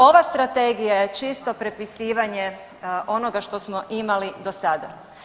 Ova Strategija je čisto prepisivanje onoga što smo imali do sada.